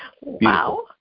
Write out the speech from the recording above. Wow